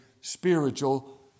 spiritual